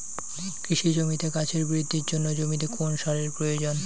কৃষি জমিতে গাছের বৃদ্ধির জন্য জমিতে কোন সারের প্রয়োজন?